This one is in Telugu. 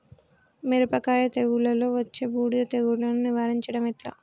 మిరపకాయ తెగుళ్లలో వచ్చే బూడిది తెగుళ్లను నివారించడం ఎట్లా?